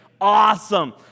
Awesome